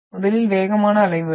முதலில் வேகமான அலை வரும்